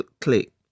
click